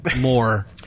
more